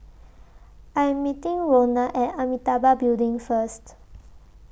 I Am meeting Ronna At Amitabha Building First